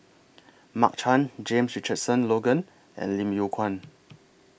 Mark Chan James Richardson Logan and Lim Yew Kuan